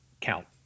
count